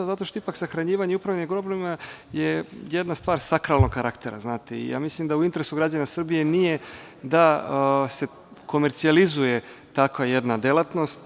Sahranjivanje i upravljanje grobljima je jedna stvar sakralnog karaktera i mislim da u interesu građana Srbije nije da se komercijalizuje takva jedna delatnost.